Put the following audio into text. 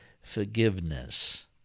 forgiveness